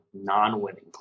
non-winning